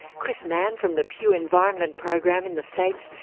chris mann, from the pew environment program in the states,